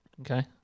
Okay